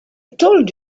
told